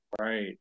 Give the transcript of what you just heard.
Right